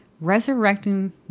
Resurrecting